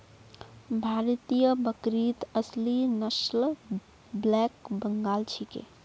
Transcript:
भारतीय बकरीत असली नस्ल ब्लैक बंगाल छिके